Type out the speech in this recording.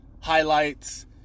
highlights